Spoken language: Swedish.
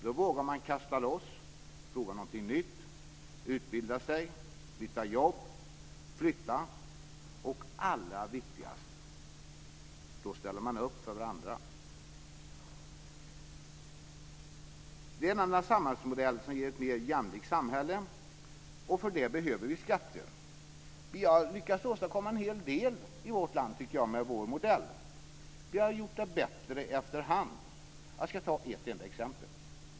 Då vågar man kasta loss, prova något nytt, utbilda sig, byta jobb, flytta. Och allra viktigast: Då ställer man upp för varandra. Det är denna samhällsmodell som ger ett mer jämlikt samhälle. För det behöver vi skatter. Vi har lyckats åstadkomma en hel del i vårt land, tycker jag, med vår modell. Vi har gjort det bättre efter hand. Jag ska ta ett enda exempel.